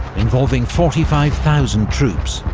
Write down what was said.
involving forty five thousand troops,